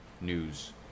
news